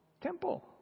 temple